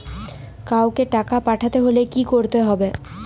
কাওকে টাকা পাঠাতে হলে কি করতে হবে?